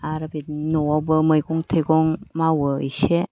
आरो बिदिनो न'आवबो मैगं थाइगं मावो एसे